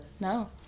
No